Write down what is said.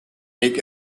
make